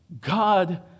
God